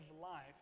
life